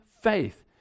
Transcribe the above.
faith